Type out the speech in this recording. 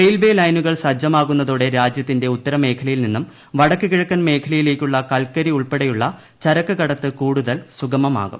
railway ്ലൈനുകൾ സജ്ജമാകുന്നതോടെ രാജ്യത്തിന്റെ ഉത്തരമേഖലയിൽ നിന്നും വ്ടക്കുകിഴക്കൻ മേഖലയിലേക്കുള്ള കൽക്കരി ഉൾപ്പെടെയുള്ള ചരക്ക് കടത്ത് കൂടുതൽ സുഗമമാകും